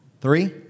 Three